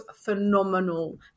phenomenal